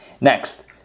Next